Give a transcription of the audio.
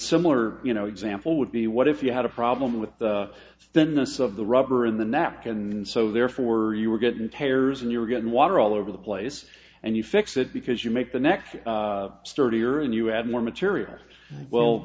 similar you know example would be what if you had a problem with the then this of the rubber in the network and so therefore you were getting tears and you're getting water all over the place and you fix it because you make the next sturdier and you add more material well